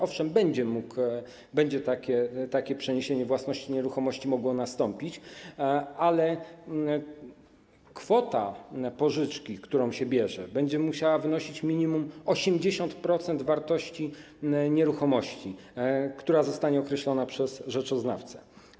Owszem, będzie mogło nastąpić przeniesienie własności nieruchomości, ale kwota pożyczki, którą się bierze, będzie musiała wynosić minimum 80% wartości nieruchomości, która zostanie określona przez rzeczoznawcę.